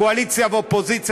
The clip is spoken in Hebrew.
קואליציה ואופוזיציה,